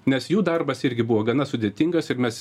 nes jų darbas irgi buvo gana sudėtingas jog mes